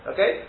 Okay